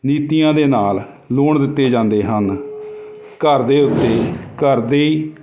ਨੀਤੀਆਂ ਦੇ ਨਾਲ ਲੋਨ ਦਿੱਤੇ ਜਾਂਦੇ ਹਨ ਘਰ ਦੇ ਉੱਤੇ ਘਰ ਦੇ